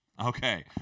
Okay